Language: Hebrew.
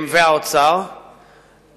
והרמטכ"ל